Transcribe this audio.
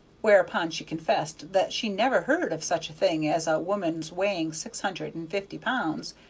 whereupon she confessed that she never heard of such a thing as a woman's weighing six hundred and fifty pounds,